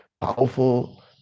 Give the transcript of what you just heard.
powerful